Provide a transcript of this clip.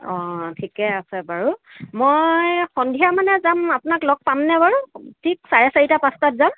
অঁ ঠিকেই আছে বাৰু মই সন্ধিয়া মানে যাম আপোনাক লগ পামনে বাৰু ঠিক চাৰে চাৰিটা পাঁচটাত যাম